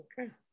Okay